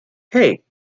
hey